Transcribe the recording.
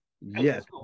yes